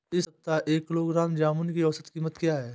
इस सप्ताह एक किलोग्राम जामुन की औसत कीमत क्या है?